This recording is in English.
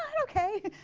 ok.